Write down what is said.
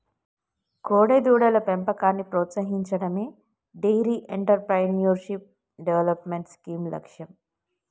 కోడెదూడల పెంపకాన్ని ప్రోత్సహించడమే డెయిరీ ఎంటర్ప్రెన్యూర్షిప్ డెవలప్మెంట్ స్కీమ్ లక్ష్యం